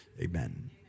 amen